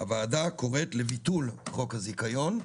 הוועדה קוראת לביטול חוק הזיכיון,